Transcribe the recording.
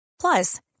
Plus